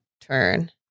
turn